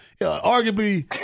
arguably